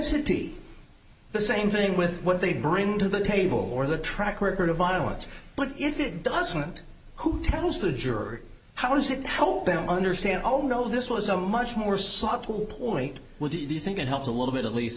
propensity the same thing with what they bring to the table or the track record of violence but if it doesn't who tells the jury how does it help them understand all know this was a much more subtle point would you think it helps a little bit at least